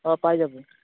অঁ পাই যাব